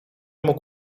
mógł